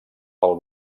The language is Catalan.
pel